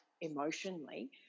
emotionally